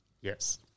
Yes